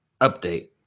update